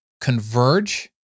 converge